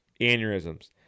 aneurysms